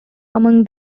among